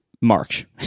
march